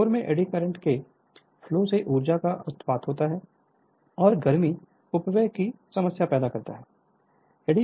core में eddy current के flow से ऊर्जा का अपव्यय होता है और गर्मी अपव्यय की समस्या पैदा होती है